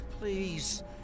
Please